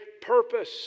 purpose